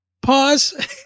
pause